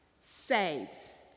saves